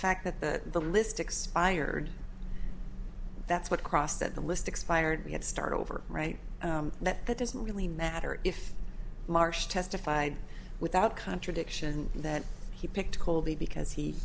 fact that the list expired that's what crossed that the list expired we had to start over right that that doesn't really matter if marsh testified without contradiction that he picked colby because he